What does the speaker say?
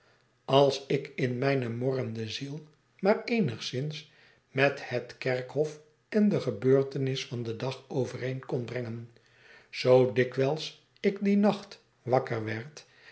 als ik in mijne morrende ziel maar eenigszins met het kerkhof en de gebeurtenis van den dag overeen kon brengen zoo dikwijls ik dien nacht wakker werd